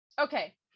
Okay